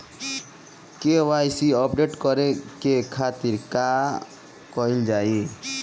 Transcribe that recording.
KYC update करे के खातिर का कइल जाइ?